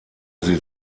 sie